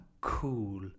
Cool